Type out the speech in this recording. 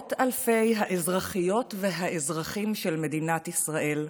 למאות אלפי האזרחיות והאזרחים של מדינת ישראל,